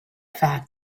fact